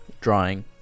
drawing